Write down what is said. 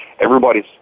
everybody's